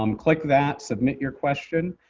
um click that, submit your question,